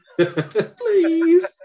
Please